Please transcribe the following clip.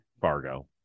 Fargo